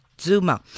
Zuma